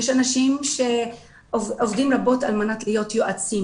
יש אנשים שעובדים רבות על מנת להיות יועצים,